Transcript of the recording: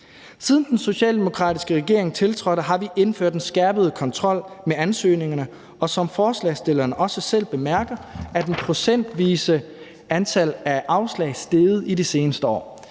Siden den socialdemokratiske regering tiltrådte, har vi indført en skærpet kontrol med ansøgningerne, og som forslagsstillerne også selv bemærker, er det procentvise antal af afslag steget i det seneste år.